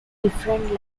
different